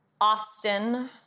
Austin